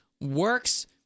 works